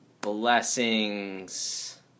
blessings